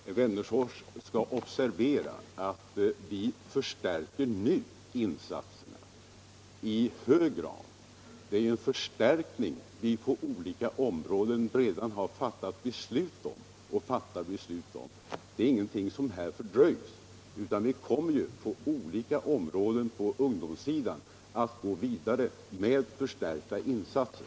Herr talman! Herr Wennerfors skall observera att vi nu förstärker insatserna i hög grad. Det är en förstärkning på olika områden vi redan har fattat beslut om och fattar beslut om. Det är ingenting som fördröjs, utan vi kommer på ungdomssidan att gå vidare med förstärkta insatser.